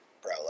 bro